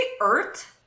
Earth